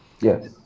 yes